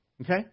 Okay